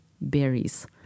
berries